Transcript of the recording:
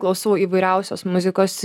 klausau įvairiausios muzikos